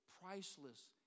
priceless